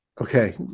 Okay